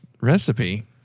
recipe